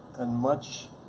and much